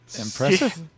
Impressive